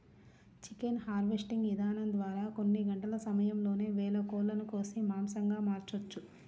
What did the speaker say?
chicken harvesting ఇదానం ద్వారా కొన్ని గంటల సమయంలోనే వేల కోళ్ళను కోసి మాంసంగా మార్చొచ్చు